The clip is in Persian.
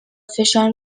فشار